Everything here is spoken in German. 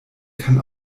kann